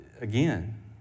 again